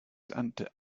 and